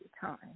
time